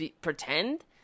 pretend